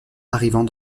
arrivant